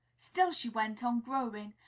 still she went on growing,